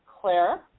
Claire